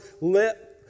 let